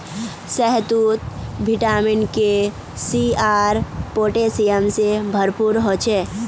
शहतूत vitamin K, C आर potassium से भरपूर ह छे